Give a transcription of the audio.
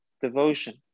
devotion